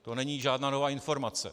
To není žádná nová informace.